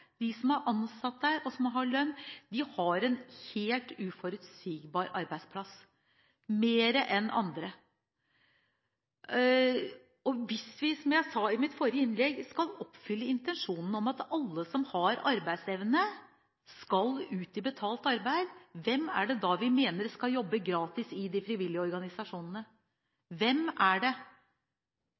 de som er ansatt der og har lønn, har en enda mer uforutsigbar arbeidsplass enn de fleste andre. Hvis vi, som jeg sa i mitt forrige innlegg, skal oppfylle intensjonene med at alle som har arbeidsevne, skal ut i betalt arbeid, hvem er det da vi mener skal jobbe gratis i de frivillige organisasjonene? Hvem er det?